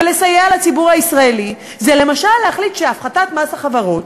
ולסייע לציבור הישראלי זה למשל להחליט שהפחתת מס החברות,